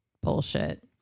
bullshit